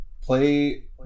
Play